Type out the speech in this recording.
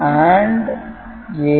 B' Y1 ஐ எவ்வாறு எழுதுவது